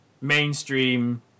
mainstream